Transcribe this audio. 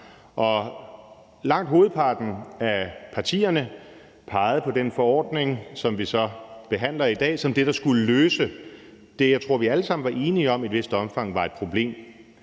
Langt hovedparten af partierne pegede på den forordning, som vi så behandler i dag, som det, der skulle løse det, jeg tror vi alle sammen var enige om i et vist omfang var et problem,